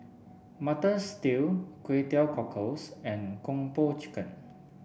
Mutton Stew Kway Teow Cockles and Kung Po Chicken